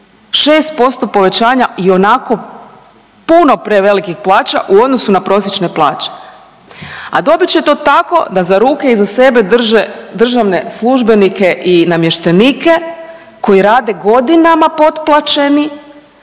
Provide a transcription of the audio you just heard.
6% povećanja i onako puno prevelik plaća u odnosu na prosječne plaće. A dobit će to tako da za ruke i za sebe drže državne službenike i namještenike koji rade godinama potplaćeni